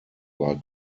war